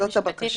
זאת הבקשה כאן.